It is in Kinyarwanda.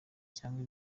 cyangwa